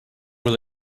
will